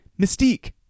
mystique